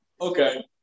Okay